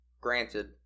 Granted